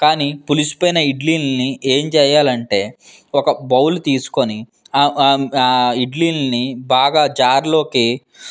కానీ పులిసిపోయిన ఇడ్లీలని ఏం చెయ్యాలంటే ఒక బౌల్ తీసుకోని ఇడ్లీలని బాగా జార్లోకి